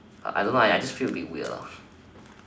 I I don't know I just feel a bit weird lah